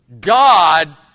God